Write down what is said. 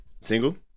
Single